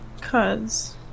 Cause